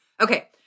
Okay